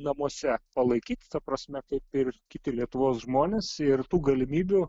namuose palaikyti ta prasme kaip ir kiti lietuvos žmonės ir tų galimybių